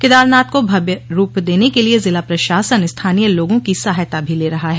केदारनाथ को भव्य रूप देने के लिए जिला प्रशासन स्थानीय लोगों की सहायता भी ले रहा है